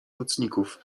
nocników